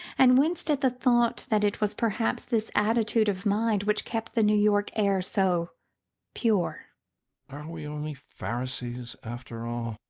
and winced at the thought that it was perhaps this attitude of mind which kept the new york air so pure. are we only pharisees after all?